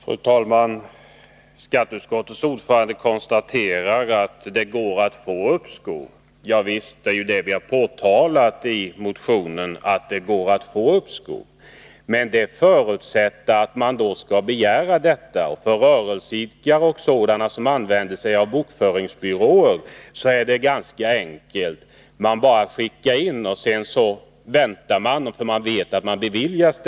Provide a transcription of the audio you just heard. Fru talman! Skatteutskottets ordförande konstaterar att det går att få uppskov. Ja visst, det har vi också talat om i motionen. Men det förutsätter att vederbörande begär detta. För rörelseidkare och sådana som anlitar en bokföringsbyrå är det ganska enkelt. De sänder bara in sin ansökan och väntar med att avge deklarationen, för de vet att ansökan beviljas.